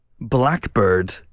Blackbird